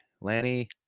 lanny